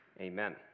Amen